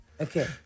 okay